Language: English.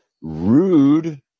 rude